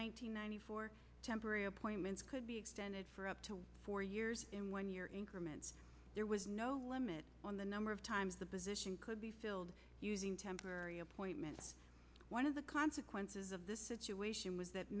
hundred for temporary appointments could be extended for up to four years in one year increment there was no limit on the number of times the position could be filled using temporary appointment one of the consequences of this situation was that